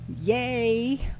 yay